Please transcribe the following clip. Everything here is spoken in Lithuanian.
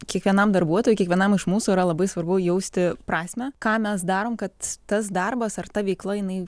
kiekvienam darbuotojui kiekvienam iš mūsų yra labai svarbu jausti prasmę ką mes darom kad tas darbas ar ta veikla jinai